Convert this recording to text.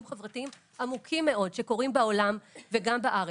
חברתיים עמוקים מאוד שקורים בעולם וגם בארץ,